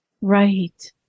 Right